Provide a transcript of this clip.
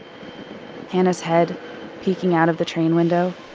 hana's head peeking out of the train window.